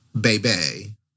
baby